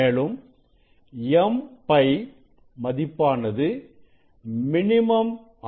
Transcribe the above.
மேலும் m π மதிப்பானது minimum ஆகும்